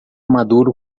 maduro